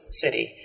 city